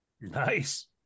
Nice